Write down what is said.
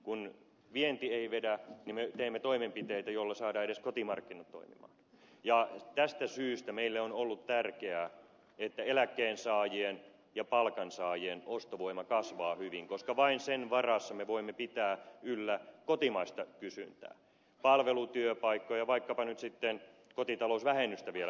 kun vienti ei vedä niin me teemme toimenpiteitä joilla saadaan edes kotimarkkinat toimimaan ja tästä syystä meille on ollut tärkeää että eläkkeensaajien ja palkansaajien ostovoima kasvaa hyvin koska vain sen varassa me voimme pitää yllä kotimaista kysyntää palvelutyöpaikkoja vaikkapa nyt sitten kotitalousvähennystä vielä hyväksikäyttäen